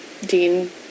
Dean